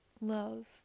love